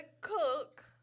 cook